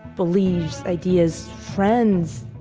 beliefs, ideas, friends,